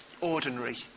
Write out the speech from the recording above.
ordinary